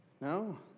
No